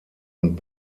und